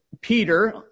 Peter